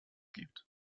gibt